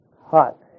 hot